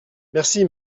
merci